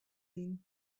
lyn